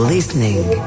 Listening